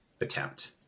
attempt